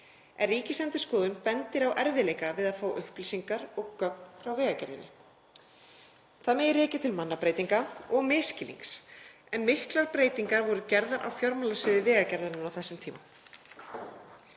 en Ríkisendurskoðun bendir á erfiðleika við að fá upplýsingar og gögn frá Vegagerðinni. Það megi rekja til mannabreytinga og misskilnings en miklar breytingar voru gerðar á fjármálasviði Vegagerðarinnar á þessum tíma.